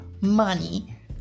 money